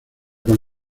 con